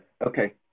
okay